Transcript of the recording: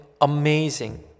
amazing